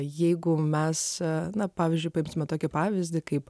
jeigu mes na pavyzdžiui paimkime tokį pavyzdį kaip